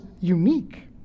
unique